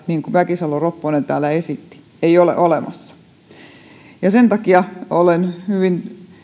niin kuin mäkisalo ropponen täällä esitti mitään järkiperustetta ei ole olemassa sen takia olen hyvin